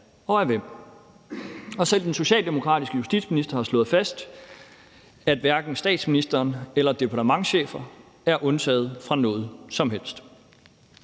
gjort hvad? Selv den socialdemokratiske justitsminister har slået fast, at hverken statsministeren eller departementschefer er undtaget fra noget som helst.